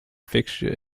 fixture